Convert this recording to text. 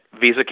visa